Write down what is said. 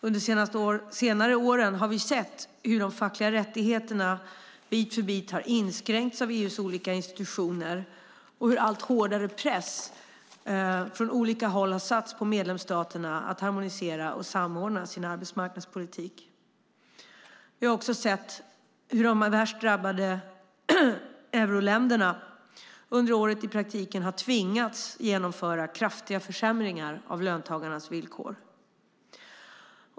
Under de senare åren har vi sett hur de fackliga rättigheterna bit för bit har inskränkts av EU:s olika institutioner och hur allt hårdare press från olika håll har satts på medlemsstaterna att harmonisera och samordna sin arbetsmarknadspolitik. Vi har också sett hur de värst drabbade euroländerna under året i praktiken har tvingats genomföra kraftiga försämringar av löntagarnas villkor.